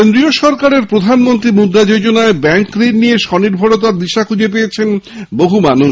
কেন্দ্রীয় সরকারের প্রধানমন্ত্রী মুদ্রা যোজনায় ব্যাঙ্কঋণ নিয়ে স্বনির্ভরতার দিশা খুঁজে পেয়েছেন বহু মানুষ